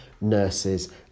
nurses